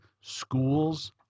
schools